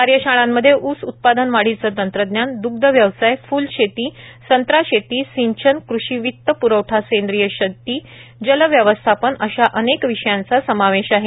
कार्यशाळांमध्ये ऊस उत्पादन वाढिचं तंत्रज्ञान दुग्ध व्यवसाय फुल शेती संत्रा शेती सिंचन कृषी वित प्रवठा सेंद्रिय शेती जल व्यवस्थापन अशा अनेक विषयांचा समावेश आहे